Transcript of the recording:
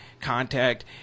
contact